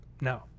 No